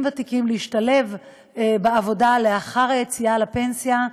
ותיקים להשתלב בעבודה לאחר היציאה לפנסיה.